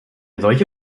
solche